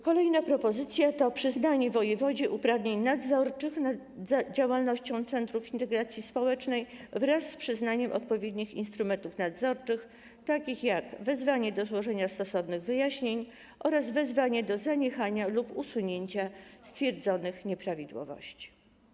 Kolejna propozycja to przyznanie wojewodzie uprawnień nadzorczych, jeśli chodzi o działalność centrów integracji społecznej, wraz z przyznaniem odpowiednich instrumentów nadzorczych, takich jak wezwanie do złożenia stosownych wyjaśnień oraz wezwanie do zaniechania lub usunięcia stwierdzonych nieprawidłowości.